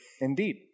indeed